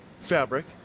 fabric